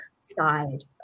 side